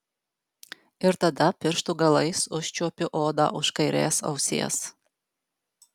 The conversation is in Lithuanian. ir tada pirštų galais užčiuopiu odą už kairės ausies